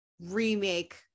remake